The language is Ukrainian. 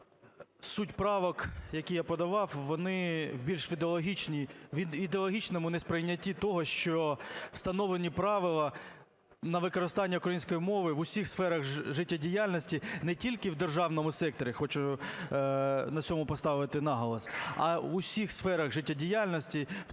суть правок, які я подавав, вони більш в ідеологічній… в ідеологічному несприйнятті того, що встановлені правила на використання української мови в усіх сферах життєдіяльності, не тільки в державному секторі – хочу на цьому поставити наголос – а в усіх сферах життєдіяльності, в